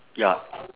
ya